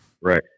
Right